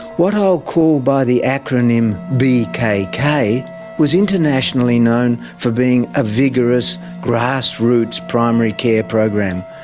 what i'll call by the acronym bkk was internationally known for being a vigorous, grassroots primary care program,